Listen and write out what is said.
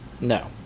No